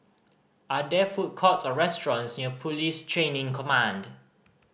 are there food courts or restaurants near Police Training Command